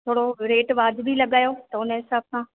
थोरो रेट वाज़िबी लॻायो त हुनजे हिसाब सां